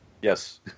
Yes